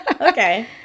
Okay